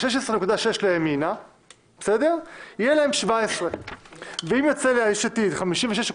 16.6 יהיה להם 17. אם יוצא ליש עתיד 56.8,